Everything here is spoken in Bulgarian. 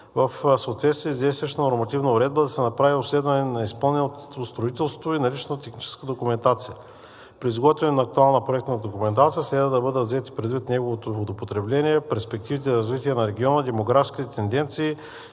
в съответствие с действащата нормативна уредба, да се направи обследване на изпълненото строителство и наличната техническа документация. При изготвяне на актуална проектна документация следва да бъдат взети предвид новото водопотребление, перспективите за развитие на региона, демографските тенденции,